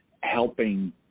helping